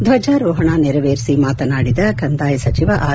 ಧ್ವಜಾರೋಪಣ ನೆರವೇರಿಸಿ ಮಾತನಾಡಿದ ಕಂದಾಯ ಸಚಿವ ಆರ್